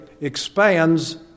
expands